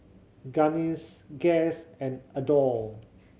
Guinness Guess and Adore